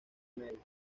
medio